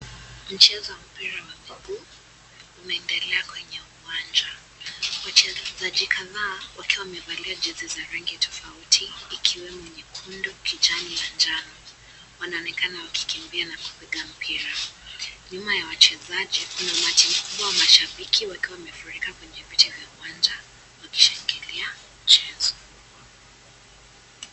Mchezo wa mpira wa mguu unaendelea kwenye uwanja. Wachezaji kadhaa wakiwa wamevalia jesi za rangi tofauti ikiwemo nyekundu, kijani na njano. Wanaonekana wakikimbia na kupiga mpira. Nyuma ya wachezaji, kuna matimu kubwa ya mashabiki wakiwa wamefurika kwenye viti vya uwanja wakishangilia mchezo kubwa.